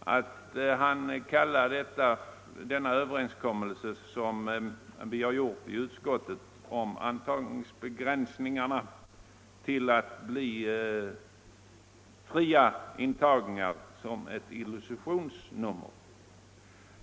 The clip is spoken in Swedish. att han kallar den överenskommelse som vi i utskottet träffat angående antagningsbegränsningarna för ett illusionsnummer.